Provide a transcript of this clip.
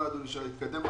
לא ידוע לי שהדבר הזה התקדם.